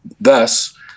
thus